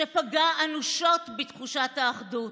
שפגע אנושות בקדושת האחדות.